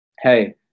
Hey